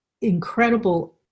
incredible